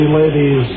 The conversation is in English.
ladies